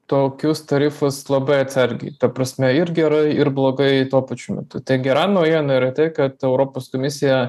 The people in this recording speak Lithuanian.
tokius tarifus labai atsargiai ta prasme ir gerai ir blogai tuo pačiu metu tai gera naujiena yra tai kad europos komisija